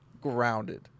grounded